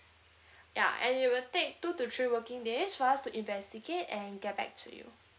ya and it will take two to three working days for us to investigate and get back to you